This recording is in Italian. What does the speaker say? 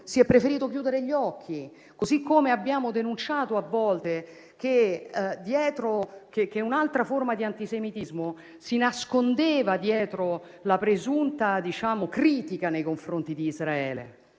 si è preferito chiudere gli occhi, così come abbiamo denunciato a volte che un'altra forma di antisemitismo si nascondeva dietro la presunta critica nei confronti di Israele.